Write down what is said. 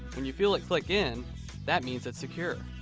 when you feel it click in that means it's secure.